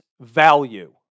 value